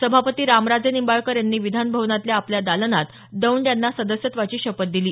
सभापती रामराजे निंबाळकर यांनी विधान भवनातल्या आपल्या दालनात दौंड यांना सदस्यत्वाची शपथ दिली